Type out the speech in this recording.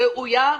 ראויה,